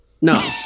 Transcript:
No